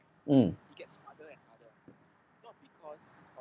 mm